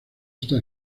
está